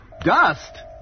Dust